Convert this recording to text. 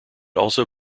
also